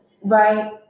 right